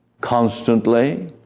constantly